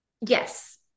yes